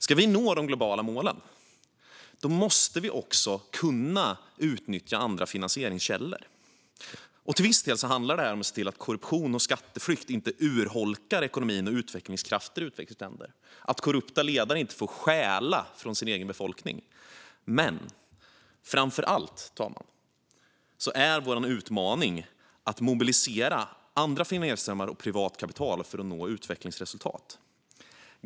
Om vi ska nå de globala målen måste vi kunna utnyttja andra finansieringskällor. Till viss del handlar det om att se till att korruption och skatteflykt inte urholkar ekonomin och utvecklingskraften i utvecklingsländerna och om att korrupta ledare inte får stjäla från sin egen befolkning. Men framför allt, fru talman, är vår utmaning att mobilisera andra finansieringskällor och privat kapital för att nå utvecklingsresultat.